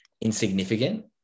insignificant